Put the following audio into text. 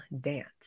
dance